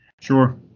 Sure